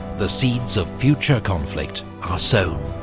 the seeds of future conflict are sown.